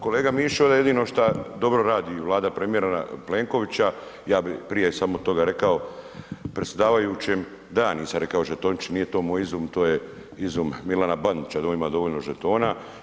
Kolega Mišić jedino šta radi vlada premijera Plenkovića ja bi prije samo toga rekao predsjedavajućem da ja nisam rekao žetončić, nije to moj izum to je izum Milana Bandića da on ima dovoljno žetona.